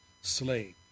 slave